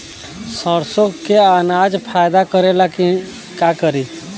सरसो के अनाज फायदा करेला का करी?